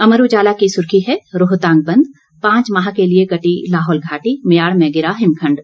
अमर उजाला की सुर्खी है रोहतांग बंद पांच माह के लिए कटी लाहौल घाटी म्याड़ में गिरा हिमखंड